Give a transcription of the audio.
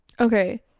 okay